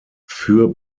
für